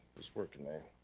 was working today.